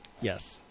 Yes